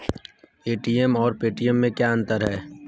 ATM और Paytm में क्या अंतर है?